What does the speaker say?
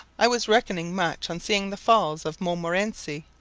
i was reckoning much on seeing the falls of montmorenci,